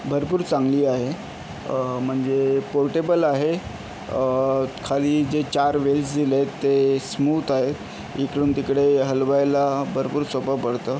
भरपूर चांगली आहे म्हणजे पोर्टेबल आहे खाली जे चार वेल्स दिलेत ते स्मूथ आहेत इकडून तिकडे हलवायला भरपूर सोपं पडतं